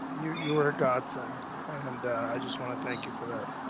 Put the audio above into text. you you were a godsend and i just want to thank you for that.